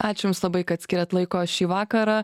ačiū jums labai kad skyrėt laiko šį vakarą